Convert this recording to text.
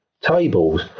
tables